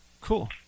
Cool